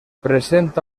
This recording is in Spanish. presenta